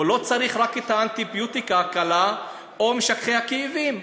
הוא לא צריך רק את האנטיביוטיקה הקלה או את משככי הכאבים.